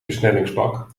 versnellingsbak